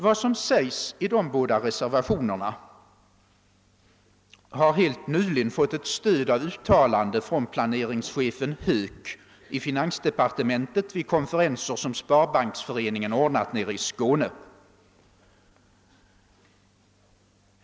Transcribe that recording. Vad som sägs i de båda reservationerna har helt nyligen fått stöd av uttalanden från planeringschefen Höök i finansdepartementet vid konferenser som Sparbanksföreningen ordnat nere i Skåne.